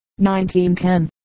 1910